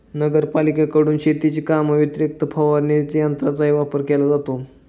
नगरपालिकेकडून शेतीच्या कामाव्यतिरिक्त फवारणी यंत्राचाही वापर केला जातो